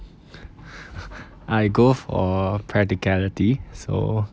I go for practicality so